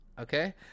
okay